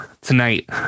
tonight